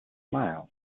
smiled